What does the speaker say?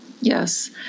Yes